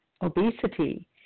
obesity